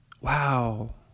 Wow